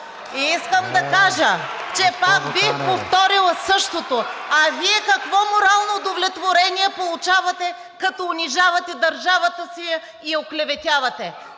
Искам да кажа, че пак бих повторила същото. А Вие какво морално удовлетворение получавате, като унижавате държавата си и я оклеветявате?